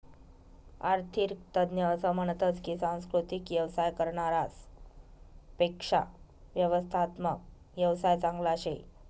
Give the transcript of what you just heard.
आरर्थिक तज्ञ असं म्हनतस की सांस्कृतिक येवसाय करनारास पेक्शा व्यवस्थात्मक येवसाय चांगला शे